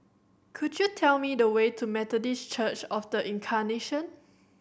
could you tell me the way to Methodist Church Of The Incarnation